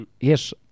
yes